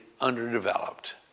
underdeveloped